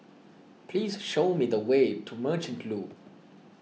please show me the way to Merchant Loop